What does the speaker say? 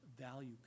value